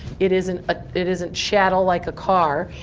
it isn't ah it isn't chattel like a car.